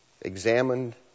examined